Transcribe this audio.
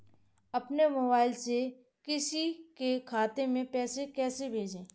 अपने मोबाइल से किसी के खाते में पैसे कैसे भेजें?